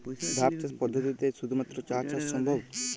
ধাপ চাষ পদ্ধতিতে শুধুমাত্র চা চাষ সম্ভব?